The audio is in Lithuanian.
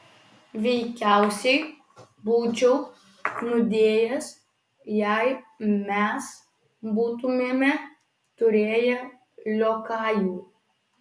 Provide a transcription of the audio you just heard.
veikiausiai būčiau nudėjęs jei mes būtumėme turėję liokajų